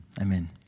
Amen